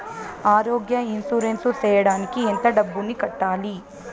ఆరోగ్య ఇన్సూరెన్సు సేయడానికి ఎంత డబ్బుని కట్టాలి?